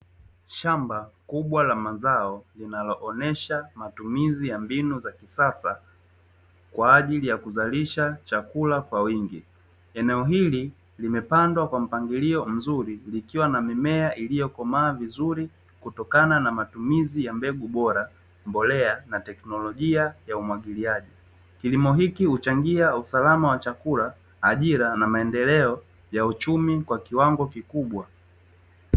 Shamba kubwa la mazao linaloonyesha matumizi ya mbinu za kisasa kwa ajili ya kuzalisha chakula kwa wingi, eneo hili limepandwa kwa mpangilio mzuri likiwa na mimea iliyokomaa vizuri kutokana na matumizi ya mbegu bora, mbolea, na teknolojia ya umwagiliaji. Kilimo hiki huchangia usalama wa chakula, ajira, na maendeleo ya uchumi kwa kiwango kikubwa.